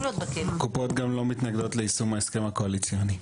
קופות גם לא מתנגדות ליישום ההסכם הקואליציוני.